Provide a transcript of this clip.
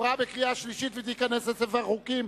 עברה בקריאה שלישית, ותיכנס לספר החוקים.